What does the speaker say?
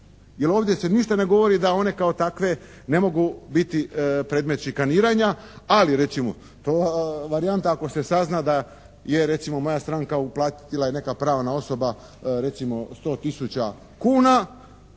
ovdje se ništa ne govori da one kao takve ne mogu biti predmet šikaniranja, ali recimo ta varijanta ako se sazna da je recimo moja stranka uplatila je neka pravna osoba recimo 100 tisuća kuna